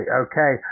okay